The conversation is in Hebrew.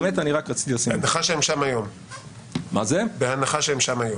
בהנחה שהיום הם שם.